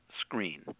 screen